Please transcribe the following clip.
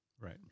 Right